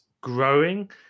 growing